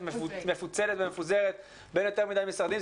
מפוצלת ומפוזרת בין יותר מדי משרדים,